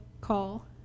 call